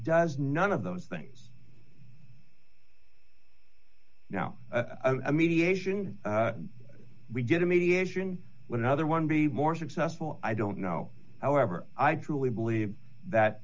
does none of those things now a mediation we get a mediation with another one be more successful i don't know however i truly believe that